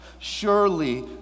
Surely